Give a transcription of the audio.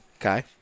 Okay